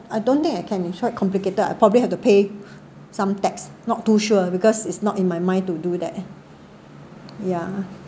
I don't think that kind of sort complicated I probably have to pay some tax not too sure because it's not in my mind to do that ya